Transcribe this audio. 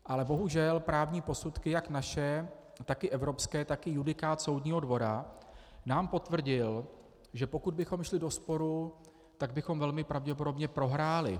Ale bohužel právní posudky jak naše, tak i evropské, tak i judikát soudního dvora nám potvrdil, že pokud bychom šli do sporu, tak bychom velmi pravděpodobně prohráli.